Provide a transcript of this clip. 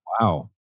Wow